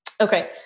okay